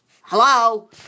Hello